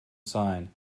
sign